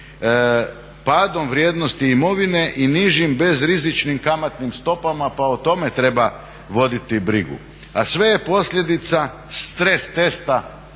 padom vrijednosti imovine i nižim bezrizičnim kamatnim stopama pa o tome treba voditi brigu. A sve je posljedica stres testa